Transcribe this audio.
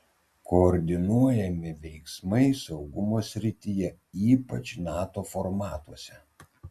koordinuojami veiksmai saugumo srityje ypač nato formatuose